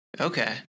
Okay